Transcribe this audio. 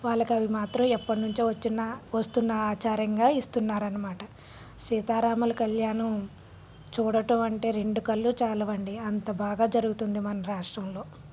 వాళ్ళకు అవి మాత్రం ఎప్పటినుంచో వచ్చిన వస్తున్న ఆచారంగా ఇస్తున్నారు అన్నమాట సీతారాముల కళ్యాణం చూడటం అంటే రెండు కళ్ళు చాలవు అండి అంత బాగా జరుగుతుంది మన రాష్ట్రంలో